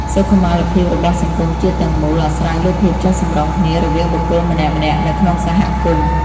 សុខុមាលភាពរបស់សង្គមជាតិទាំងមូលអាស្រ័យលើភាពចុះសម្រុងគ្នារវាងបុគ្គលម្នាក់ៗនៅក្នុងសហគមន៍។